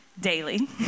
daily